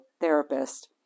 therapist